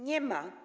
Nie ma.